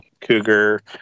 cougar